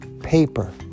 paper